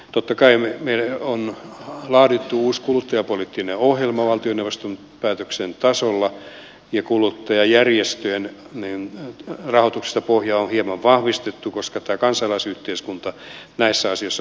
totta kai meille on laadittu uusi kuluttajapoliittinen ohjelma valtioneuvoston päätöksen tasolla ja kuluttajajärjestöjen rahoituksellista pohjaa on hieman vahvistettu koska tämä kansalaisyhteiskunta näissä asioissa on tärkeä toimija